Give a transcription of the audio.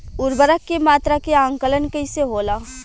उर्वरक के मात्रा के आंकलन कईसे होला?